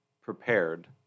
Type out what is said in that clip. prepared